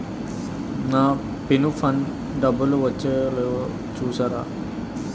నా pension డబ్బులు పడిందో లేదో చూస్తారా?